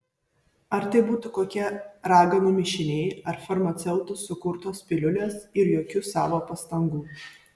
ar tai būtų kokie raganų mišiniai ar farmaceutų sukurtos piliulės ir jokių savo pastangų